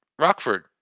Rockford